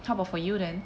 how about for you then